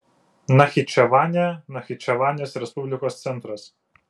nachičevanė nachičevanės respublikos centras